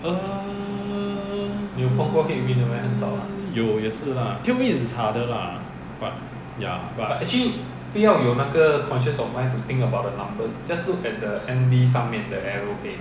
uh um 有也是 lah tailwind is harder lah but ya but